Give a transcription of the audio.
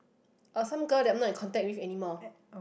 uh some girl that I'm not in contact with anymore